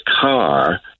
car